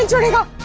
and already got